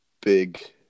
big